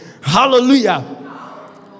hallelujah